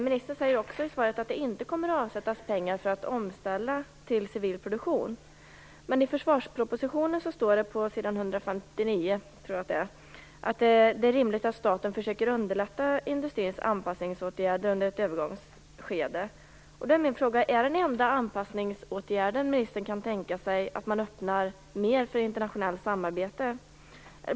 Ministern säger vidare att det inte kommer att avsättas pengar för en omställning till civil produktion. Men i försvarspropositionen på s. 159 står det att det är rimligt att staten försöker att underlätta industrins anpassningsåtgärder under ett övergångsskede. Då är min fråga: Är den enda anpassningsåtgärd som ministern kan tänka sig att man öppnar mer för internationellt samarbete?